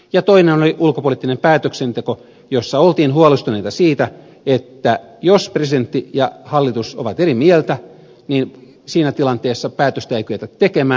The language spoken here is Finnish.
toinen oli ulkopoliittinen päätöksenteko jossa oltiin huolestuneita siitä että jos presidentti ja hallitus ovat eri mieltä niin siinä tilanteessa päätöstä ei kyetä tekemään